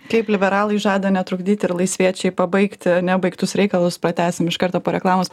kaip liberalai žada netrukdyti ir laisviečiai pabaigti nebaigtus reikalus pratęsim iš karto po reklamos